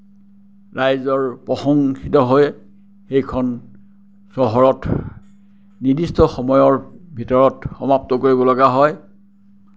ৰাইজৰ প্ৰসংশিত হয় সেইখন চহৰত নিৰ্দিষ্ট সময়ৰ ভিতৰত সমাপ্ত কৰিব লগা হয়